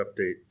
update